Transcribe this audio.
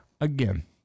again